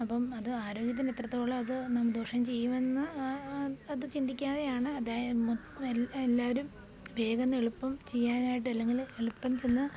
അപ്പോള് അത് ആരോഗ്യത്തിന് ഇത്രത്തോള അത് ദോഷം ചെയ്യുമെന്ന് അത് ചിന്തിക്കാതെയാണ് എല്ലാവരും വേഗംന്ന് എളുപ്പം ചെയ്യാനായിട്ട് അല്ലെങ്കില് എളുപ്പം ചെന്ന്